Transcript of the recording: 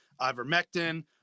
ivermectin